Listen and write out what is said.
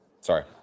sorry